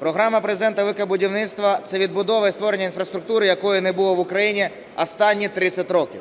Програма Президента "Велике будівництво" – це відбудова і створення інфраструктури, якої не було в Україні останні 30 років.